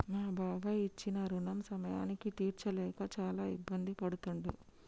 మా బాబాయి ఇచ్చిన రుణం సమయానికి తీర్చలేక చాలా ఇబ్బంది పడుతుండు